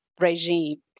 regime